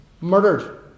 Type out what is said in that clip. murdered